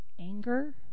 anger